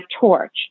torch